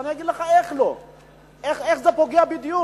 ואני אגיד לך איך זה פוגע בדיוק: